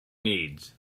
needs